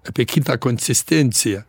apie kitą konsistenciją